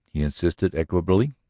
he insisted equably.